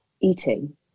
eating